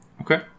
Okay